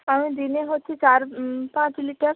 আমি দিনে হচ্ছে চার পাঁচ লিটার